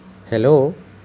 hello